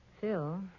Phil